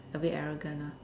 a bit arrogant ah